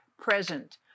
present